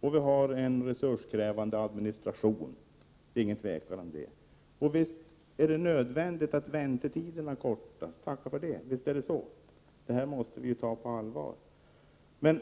Att vi har en resurskrä-— vande administration är det inget tvivel om. Och visst är det nödvändigt att väntetiderna kortas, tacka för det. Det här måste vi ju ta på allvar. Men